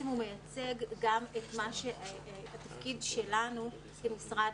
הוא מייצג גם את --- שלנו כמשרד,